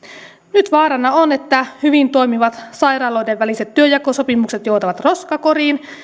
nyt vaarana on että hyvin toimivat sairaaloiden väliset työnjakosopimukset joutavat roskakoriin